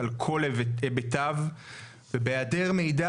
על כל היבטיו ובהעדר מידע,